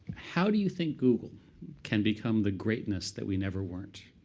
how do you think google can become the greatness that we never weren't?